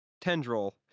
Tendril